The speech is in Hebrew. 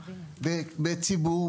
קשב בלתי רגיל של כל המפקדים.